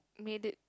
made it